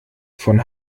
von